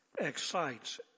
excites